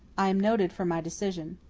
i am noted for my decision.